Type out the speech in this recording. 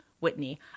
Whitney